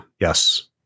Yes